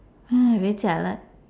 !hais! very jialat